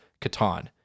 Catan